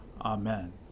Amen